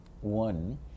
One